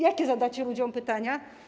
Jakie zadacie ludziom pytania?